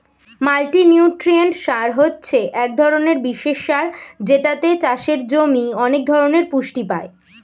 multinutrient সার হচ্ছে এক ধরণের বিশেষ সার যেটাতে চাষের জমি অনেক ধরণের পুষ্টি পায়